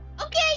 Okay